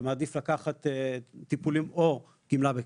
ומעדיף לקחת טיפולים או גמלה בכסף,